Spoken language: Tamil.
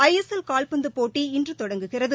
ஐ எஸ் எல் கால்பந்து போட்டி இன்று தொடங்குகிறது